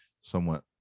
somewhat